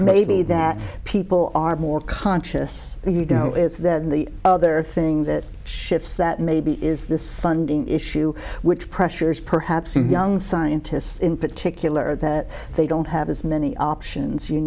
maybe that people are more conscious of you know it's that and the other thing that shifts that maybe is this funding issue which pressures perhaps in young scientists in particular that they don't have as many options you